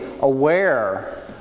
aware